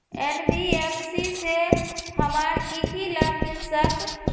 NBFC से हमार की की लाभ मिल सक?